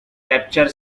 capture